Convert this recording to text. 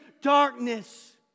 darkness